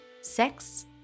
sex